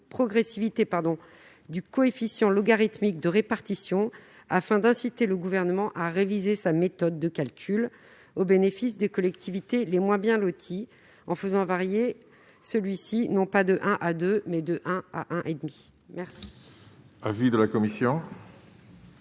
du coefficient logarithmique de répartition. Il s'agit d'inciter le Gouvernement à réviser sa méthode de calcul au bénéfice des collectivités les moins bien loties, en faisant varier le coefficient non pas de 1 à 2, mais de 1 à 1,5. Quel